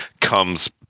comes